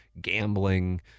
gambling